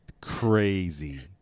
Crazy